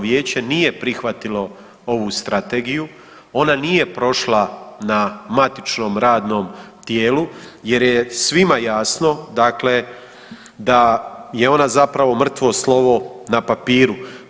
vijeće nije prihvatilo ovu strategiju, ona nije prošla na matičnom radnom tijelu jer je svima jasno da je ona zapravo mrtvo slovo na papiru.